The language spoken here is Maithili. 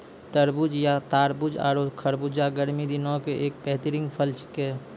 तरबूज या तारबूज आरो खरबूजा गर्मी दिनों के एक बेहतरीन फल छेकै